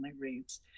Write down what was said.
reads